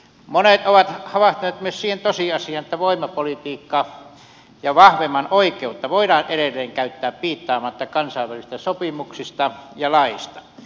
monet ovat havahtuneet myös siihen tosiasiaan että voimapolitiikkaa ja vahvemman oikeutta voidaan edelleen käyttää piittaamatta kansainvälisistä sopimuksista ja laeista